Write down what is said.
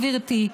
גברתי,